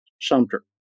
Sumter